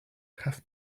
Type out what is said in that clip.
have